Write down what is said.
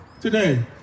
today